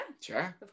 Sure